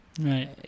right